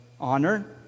honor